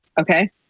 Okay